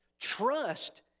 Trust